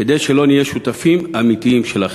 כדי שלא נהיה שותפים אמיתיים שלכם.